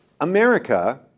America